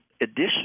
additional